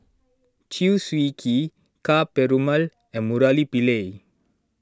Chew Swee Kee Ka Perumal and Murali Pillai